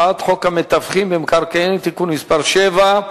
הצעת חוק המתווכים במקרקעין (תיקון מס' 7)